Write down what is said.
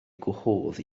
gwahodd